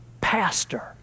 pastor